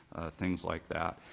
things like that.